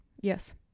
Yes